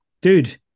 dude